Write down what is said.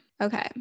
okay